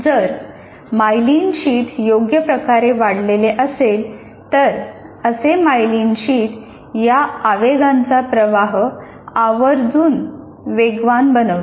जर myelin sheath योग्य प्रकारे वाढलेले असेल तर असे मायलीन शिथ या आवेगांचा प्रवाह आवर्जून वेगवान बनवते